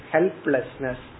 Helplessness